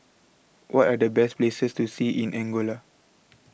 What Are The Best Places to See in Angola